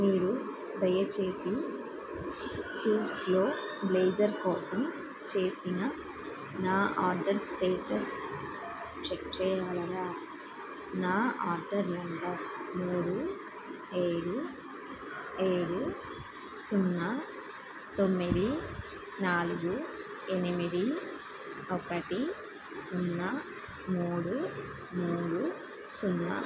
మీరు దయచేసి కూప్స్లో బ్లేజర్ కోసం చేసిన నా ఆర్డర్ స్టేటస్ చెక్ చేయగలరా నా ఆర్డర్ నెంబర్ మూడు ఏడు ఏడు సున్నా తొమ్మిది నాలుగు ఎనిమిది ఒకటి సున్నా మూడు మూడు సున్నా